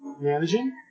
managing